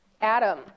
Adam